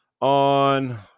on